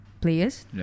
Players